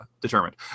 determined